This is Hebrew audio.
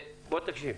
בוא תקשיב,